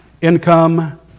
income